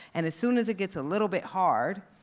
and as soon as it gets a little bit hard,